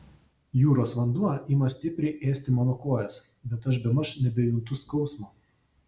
jūros vanduo ima stipriai ėsti mano kojas bet aš bemaž nebejuntu skausmo